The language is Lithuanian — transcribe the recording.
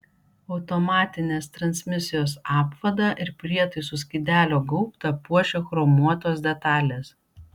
automatinės transmisijos apvadą ir prietaisų skydelio gaubtą puošia chromuotos detalės